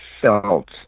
felt